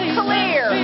clear